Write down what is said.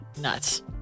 nuts